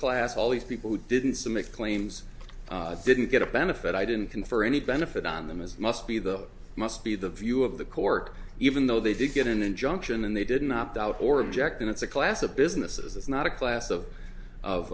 class all these people who didn't make claims didn't get a benefit i didn't confer any benefit on them as must be the it must be the view of the cork even though they did get an injunction and they didn't opt out or objecting it's a class of businesses it's not a class of of